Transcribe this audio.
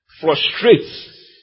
frustrates